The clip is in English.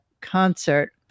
concert